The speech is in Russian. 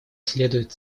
следует